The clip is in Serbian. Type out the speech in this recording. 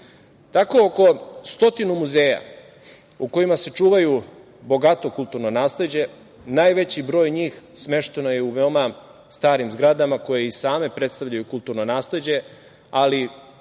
oko stotine muzeja u kojima se čuva bogato kulturno nasleđe, najveći broj njih smešten je u veoma starim zgradama koje i same predstavljaju kulturno nasleđe, ali